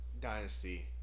Dynasty